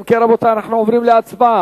אם כן, רבותי, אנחנו עוברים להצבעה.